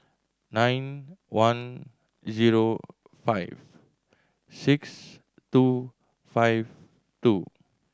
nine one zero five six two five two